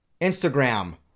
Instagram